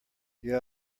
yeah